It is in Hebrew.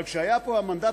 אבל כשהיה פה המנדט